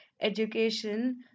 education